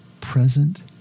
present